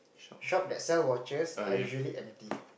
shop that sell watches are usually empty